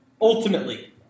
ultimately